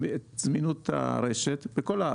את זמינות הרשת בכל הארץ.